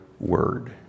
Word